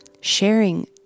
sharing